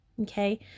Okay